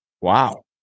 Wow